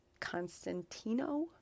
Constantino